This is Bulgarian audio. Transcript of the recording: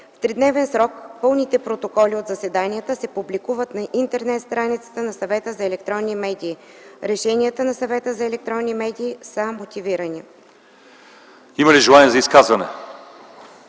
В тридневен срок пълните протоколи от заседанията се публикуват на интернет страницата на Съвета за електронни медии. Решенията на Съвета за електронни медии са мотивирани.” ПРЕДСЕДАТЕЛ ЛЪЧЕЗАР